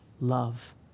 Love